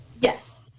Yes